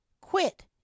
Quit